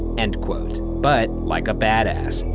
end quote. but, like a badass,